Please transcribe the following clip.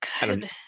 good